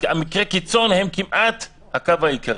מקרי הקיצון הם כמעט הקו העיקרי.